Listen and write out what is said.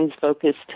focused